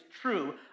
true